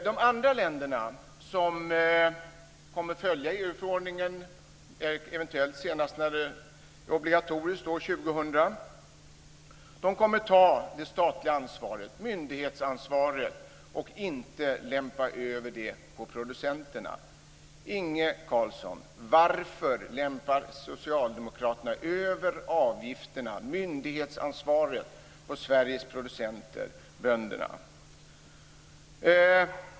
De andra länder som kommer att följa EU förordningen, eventuellt när det obligatoriskt senast skall ske år 2000, kommer att ta ett statligt myndighetsansvar och skall inte lämpa över det på producenterna. Inge Carlsson! Varför lämpar socialdemokraterna över avgifterna och myndighetsansvaret på Sveriges producenter, bönderna?